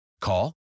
Call